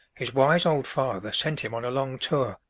his wise old father sent him on a long tour,